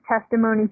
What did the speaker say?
testimony